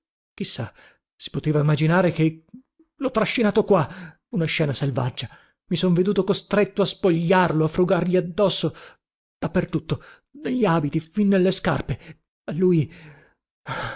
sa si poteva immaginare che lho trascinato qua una scena selvaggia i son veduto costretto a spogliarlo a frugargli addosso da per tutto negli abiti fin nelle scarpe e lui